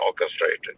orchestrated